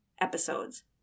episodes